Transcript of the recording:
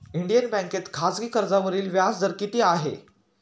Indian बँकेत खाजगी कर्जावरील व्याजदर किती आहे?